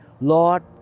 Lord